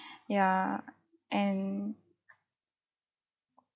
ya and